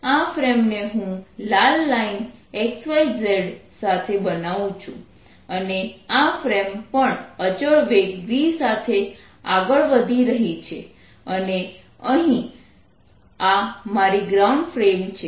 આ ફ્રેમને હું લાલ લાઇન x y z સાથે બનાવું છું અને આ ફ્રેમ પણ અચળ વેગ v સાથે આગળ વધી રહી છે અને અહીં આ મારી ગ્રાઉન્ડ ફ્રેમ છે